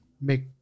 make